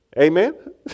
Amen